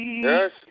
Yes